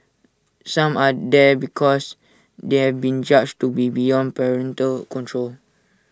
some are there because they have been judged to be beyond parental control